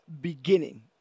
beginning